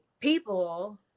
people